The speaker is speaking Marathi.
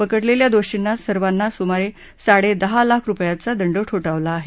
पकडलेल्या दोषींना सर्वांना सुमारे साडे दहा लाख रुपयांचा दंड ठोठावला आहे